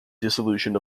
dissolution